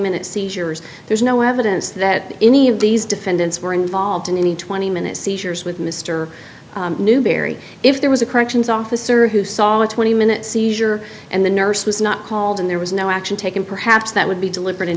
minute seizures there's no evidence that any of these defendants were involved in any twenty minute seizures with mr newberry if there was a corrections officer who saw a twenty minute seizure and the nurse was not called and there was no action taken perhaps that would be deliber